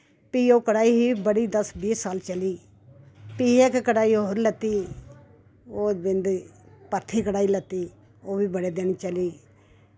फ्ही ओह् कड़ाई ही बड़ी दस बीह् साल चली फ्ही इक कड़ाई होर लैती ओह् बिंद भरथी कड़ाई लैती ओह् वी बड़े दिन चली